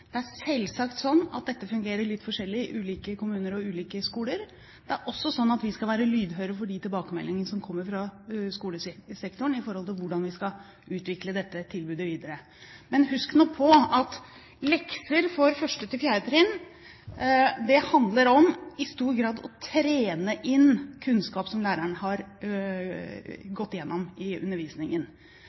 ulike skoler. Det er også sånn at vi skal være lydhøre for de tilbakemeldingene som kommer fra skolesektoren med hensyn til hvordan vi skal utvikle dette tilbudet videre. Men husk nå på at lekser for 1.–4. trinn i stor grad handler om å trene inn kunnskap som læreren har gått igjennom i undervisningen.